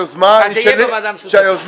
אם לא, אז זה יהיה בוועדה המשותפת.